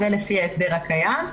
זה לפי ההסדר הקיים,